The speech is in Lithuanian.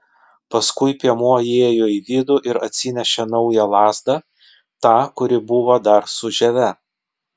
paskui piemuo įėjo į vidų ir atsinešė naują lazdą tą kuri buvo dar su žieve